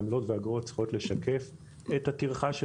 עמלות ואגרות צריכות לשקף את הטרחה של